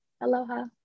Aloha